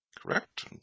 correct